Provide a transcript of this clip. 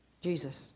Jesus